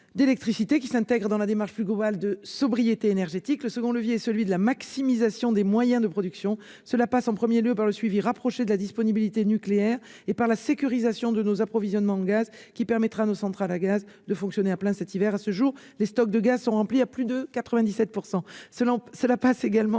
d'électricité, qui s'intègre dans la démarche plus globale de sobriété énergétique. Le second levier est celui de la maximisation des moyens de production. Cela passe tout d'abord par le suivi rapproché de la disponibilité nucléaire et par la sécurisation de nos approvisionnements en gaz, qui permettra à nos centrales à gaz de fonctionner à plein cet hiver. À ce jour, les stocks de gaz sont remplis à plus de 97 %. Cela passe ensuite